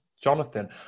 Jonathan